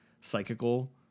psychical